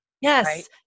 Yes